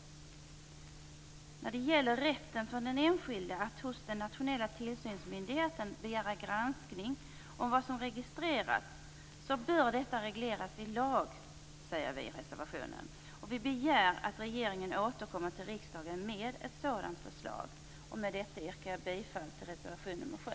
Vi anser i reservationen att rätten för den enskilde att hos den nationella tillsynsmyndigheten begära granskning om vad som registrerats bör regleras i lag. Vi begär att regeringen återkommer till riksdagen med ett sådant förslag. Med detta yrkar jag bifall till reservation nr 7.